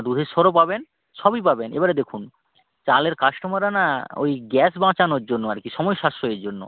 দুধেশ্বরও পাবেন সবই পাবেন এবারে দেখুন চালের কাস্টোমাররা না ওই গ্যাস বাঁচানোর জন্য আর কি সময় সাশ্রয়ের জন্য